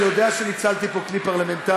אני יודע שניצלתי פה כלי פרלמנטרי.